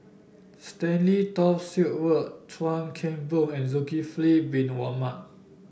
Stanley Toft Stewart Chuan Keng Boon and Zulkifli Bin Mohamed